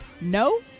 No